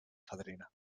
fadrina